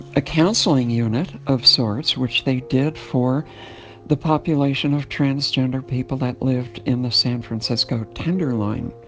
a counseling unit of sorts, which they did for the population of transgender people that lived in the san francisco tenderloin,